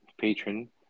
patron